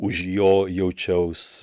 už jo jaučiaus